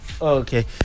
Okay